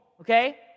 okay